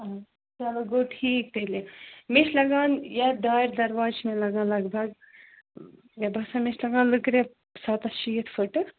اَہَن حظ چلو گوٚو ٹھیٖک تیٚلہِ مےٚ چھِ لَگان یَتھ دارِ دروازٕ چھِ مےٚ لَگان لَگ بگ مےٚ باسان مےٚ چھِ لَگان لٔکرِ سَتَتھ شیٖتھ فُٹہٕ